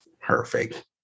Perfect